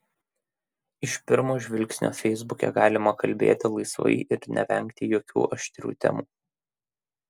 iš pirmo žvilgsnio feisbuke galima kalbėti laisvai ir nevengti jokių aštrių temų